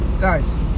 guys